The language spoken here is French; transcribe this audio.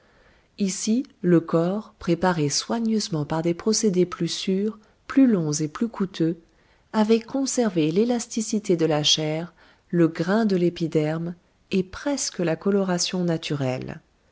ici le corps préparé soigneusement par des procédés plus sûrs plus longs et plus coûteux avait conservé l'élasticité de la chair le grain de l'épiderme et presque la coloration naturelle